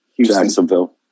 Jacksonville